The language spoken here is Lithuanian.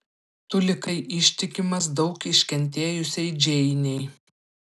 tu likai ištikimas daug iškentėjusiai džeinei